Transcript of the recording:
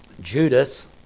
Judas